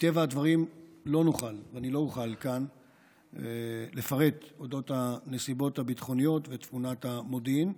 מטבע הדברים אני לא אוכל לפרט על הנסיבות הביטחוניות ותמונת המודיעין,